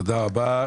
תודה רבה.